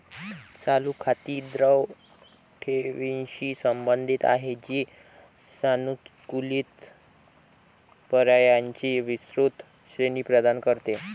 चालू खाती द्रव ठेवींशी संबंधित आहेत, जी सानुकूलित पर्यायांची विस्तृत श्रेणी प्रदान करते